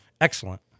excellent